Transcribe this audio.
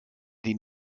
den